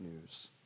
news